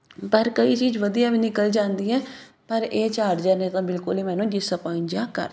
ਪਰ ਕੋਈ ਚੀਜ਼ ਵਧੀਆ ਵੀ ਨਿਕਲ ਜਾਂਦੀ ਹੈ ਪਰ ਇਹ ਚਾਰਜਰ ਨੇ ਤਾਂ ਬਿਲਕੁਲ ਹੀ ਮੈਨੂੰ ਡਿਸਅਪੋਇੰਟ ਜਿਹਾ ਕਰ ਦਿੱਤਾ